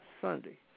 Sunday